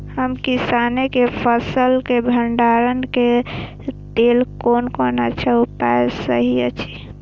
हम किसानके फसल के भंडारण के लेल कोन कोन अच्छा उपाय सहि अछि?